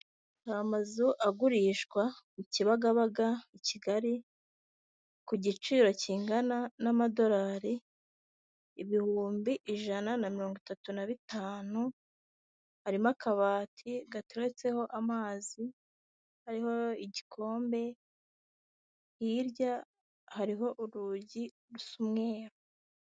Ni amazu agurishwa i Kibagabaga i Kigali ku giciro kingana n'amadorari ibihumbi ijana na mirongo itatu na bitanu, harimo akabati gateretseho amazi, hariho igikombe hirya hariho urugi rusa umweru.